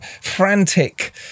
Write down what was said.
frantic